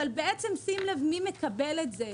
אבל בעצם שים לב מי מקבל את זה.